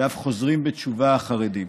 ואף חוזרים בתשובה חרדים.